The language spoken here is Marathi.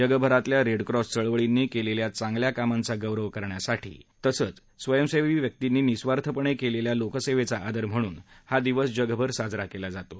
जगभरातल्या रेडक्रॉस चळवळींनी केलेल्या चांगल्या कामांचा गौरव करण्यासाठी हा दिवस कार्याचा गौरव आणि स्वयंसेवी व्यर्कींनी निस्वार्थपणे केलेल्या लोकसेवेचा आदर म्हणून हा दिवस साजरा केला जातो